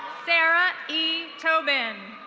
sarah e tobin.